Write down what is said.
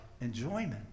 enjoyment